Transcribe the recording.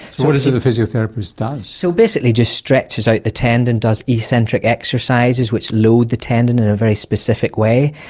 so what is it the physiotherapist does? so basically just stretches out ah the tendon, does eccentric exercises which load the tendon in a very specific way.